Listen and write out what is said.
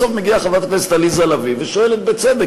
בסוף מגיעה חברת הכנסת עליזה לביא ושואלת בצדק